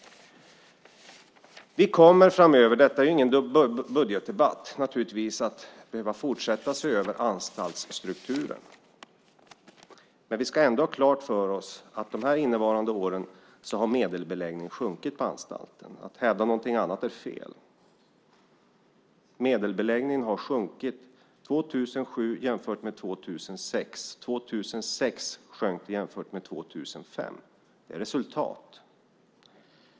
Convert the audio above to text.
Vi kommer framöver - detta är ingen budgetdebatt - naturligtvis att behöva fortsätta att se över anstaltsstrukturen, men vi ska ändå ha klart för oss att medelbeläggningen under de innevarande åren har sjunkit på anstalterna. Att hävda någonting annat är fel. Medelbeläggningen sjönk 2007 jämfört med 2006. 2006 sjönk den jämfört med 2005. Det är resultat.